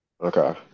Okay